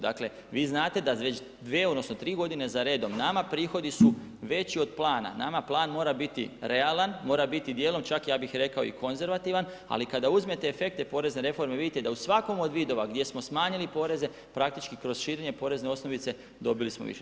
Dakle vi znate da već dvije, odnosno tri godine za redom, nama prihodi su veći od plana, nama plan mora biti realan, mora biti dijelom čak ja bih rekao i konzervativan ali kada uzmete efekte porezne reforme vidite da u svakom od vidova gdje smo smanjili poreze praktički kroz širenje porezne osnovice dobili smo više.